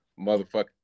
motherfucker